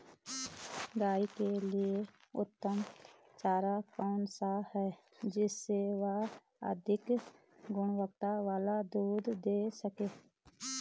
गाय के लिए उत्तम चारा कौन सा है जिससे वह अधिक गुणवत्ता वाला दूध दें सके?